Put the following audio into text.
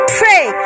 pray